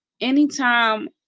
anytime